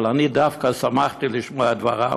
אבל אני דווקא שמחתי לשמוע את דבריו,